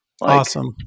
Awesome